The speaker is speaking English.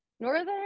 Northern